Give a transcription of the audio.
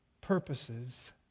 purposes